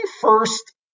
first